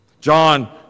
John